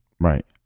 Right